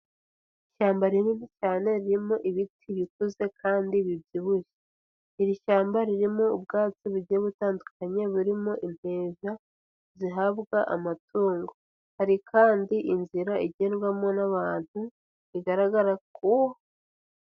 Ishyamba rinini cyane ririmo ibiti bituze kandi bibyibushye. Iri shyamba ririmo ubwatsi bugiye butandukanye burimo inteja zihabwa amatungo. Hari kandi inzira igendwamo n'abantu, igaragara ko...